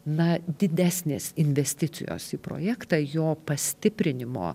na didesnės investicijos į projektą jo pastiprinimo